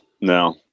no